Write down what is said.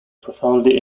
profoundly